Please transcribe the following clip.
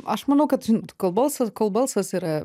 aš manau kad kol balsas kol balsas yra